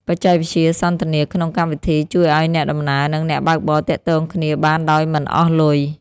បច្ចេកវិទ្យាសន្ទនាក្នុងកម្មវិធី ជួយឱ្យអ្នកដំណើរ និងអ្នកបើកបរទាក់ទងគ្នាបានដោយមិនអស់លុយ។